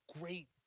great